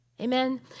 amen